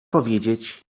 powiedzieć